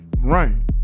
run